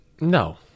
No